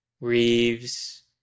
Reeves